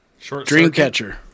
Dreamcatcher